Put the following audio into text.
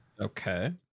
Okay